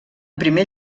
primer